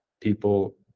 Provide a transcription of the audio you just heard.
people